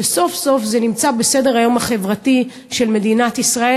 שסוף-סוף זה נמצא בסדר-היום החברתי של מדינת ישראל,